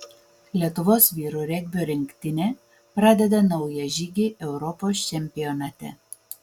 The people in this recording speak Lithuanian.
lietuvos vyrų regbio rinktinė pradeda naują žygį europos čempionate